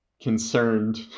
concerned